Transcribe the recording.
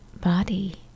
body